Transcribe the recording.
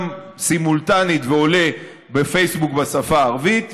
סימולטנית ועולה בפייסבוק בשפה הערבית,